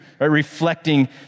reflecting